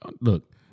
Look